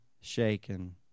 shaken